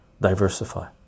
Diversify